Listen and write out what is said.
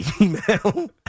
email